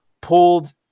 pulled